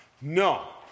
no